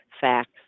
facts